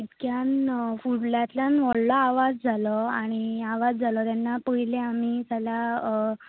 इतक्यान फुडल्यांतल्यान व्हडलो आवाज जालो आनी आवाज जालो तेन्ना पयलीं आमी जाल्यार